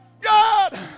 God